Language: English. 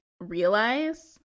realize